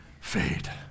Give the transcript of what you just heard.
fade